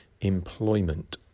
employment